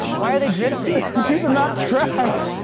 why are they drifting? they're not tracked!